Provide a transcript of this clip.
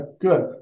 Good